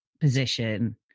position